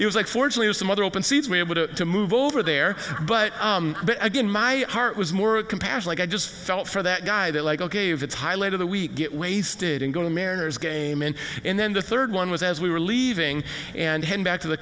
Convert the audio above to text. it was like fortunately some other open seats were able to move over there but again my heart was more of compassion i just felt for that guy that like ok if it's highlight of the week get wasted and go to mariners game in and then the third one was as we were leaving and headed back to the